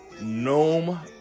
Gnome